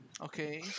okay